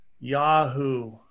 Yahoo